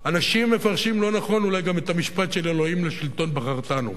אנשים מפרשים לא נכון אולי גם את המשפט של "אלוהים לשלטון בחרתנו".